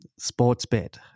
Sportsbet